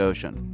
Ocean